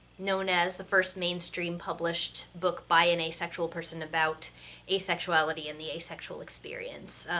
known as the first mainstream-published book by an asexual person about asexuality and the asexual experience.